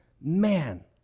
Man